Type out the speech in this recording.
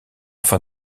fin